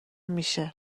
میشه